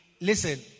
Listen